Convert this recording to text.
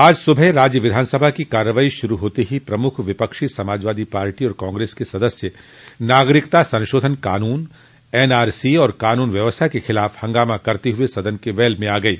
आज सुबह राज्य विधानसभा की कार्यवाही शुरू होते ही प्रमुख विपक्षी समाजवादी पार्टी और कांग्रेस के सदस्य नागरिकता संशोधन कानून एनआरसी और कानून व्यवस्था के ख़िलाफ़ हंगामा करते हुए सदन के वेल में आ गये